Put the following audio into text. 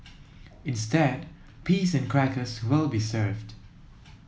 instead peas and crackers will be served